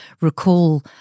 recall